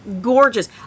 gorgeous